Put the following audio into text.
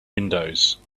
windows